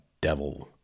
Devil